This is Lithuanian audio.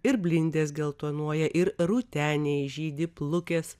ir blindės geltonuoja ir rūteniai žydi plukės